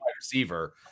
receiver